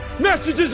messages